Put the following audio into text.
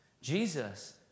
Jesus